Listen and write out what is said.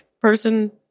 person